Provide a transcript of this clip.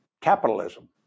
capitalism